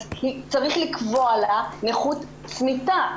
אז צריך לקבוע לה נכות צמיתה,